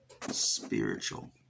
spiritual